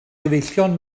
gyfeillion